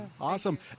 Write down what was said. awesome